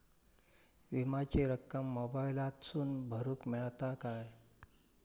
विमाची रक्कम मोबाईलातसून भरुक मेळता काय?